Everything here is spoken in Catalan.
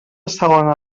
segona